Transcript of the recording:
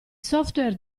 software